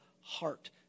heart